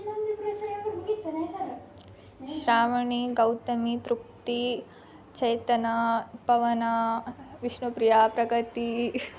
Shravani Gautami Tripti Chetana Pavana Vishnupriya Pragathi